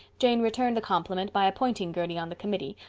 jane returned the compliment by appointing gertie on the committee,